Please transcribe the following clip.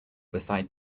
beside